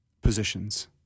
positions